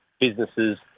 businesses